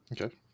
Okay